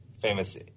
famous